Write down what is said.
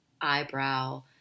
eyebrow